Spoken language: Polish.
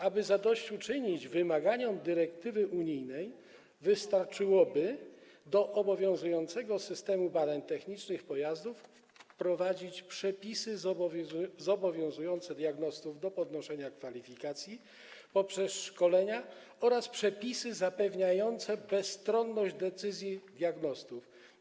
Aby zadośćuczynić wymaganiom dyrektywy unijnej, wystarczyłoby do obowiązującego systemu badań technicznych pojazdów wprowadzić przepisy zobowiązujące diagnostów do podnoszenia kwalifikacji poprzez szkolenia oraz przepisy zapewniające bezstronność decyzji diagnostów.